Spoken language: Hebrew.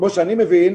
כפי שאני מבין,